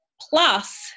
plus